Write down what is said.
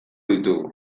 ditugu